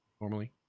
normally